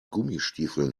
gummistiefeln